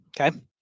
Okay